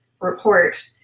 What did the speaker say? report